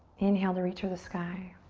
inhale to reach for the sky.